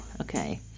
Okay